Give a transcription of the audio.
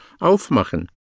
aufmachen